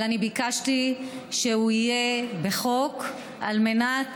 אבל ביקשתי שהוא יהיה בחוק על מנת